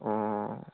অঁ